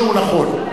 שהוא נכון.